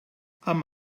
amb